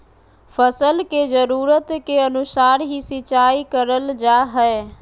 फसल के जरुरत के अनुसार ही सिंचाई करल जा हय